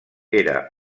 era